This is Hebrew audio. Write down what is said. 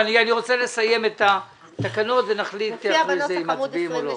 אני רוצה לסיים את התקנות ונחליט אחרי זה אם מצביעים או לא.